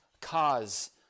cause